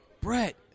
Brett